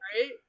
Right